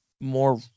more